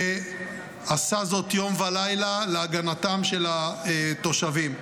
ועשה זאת יום ולילה להגנתם של התושבים.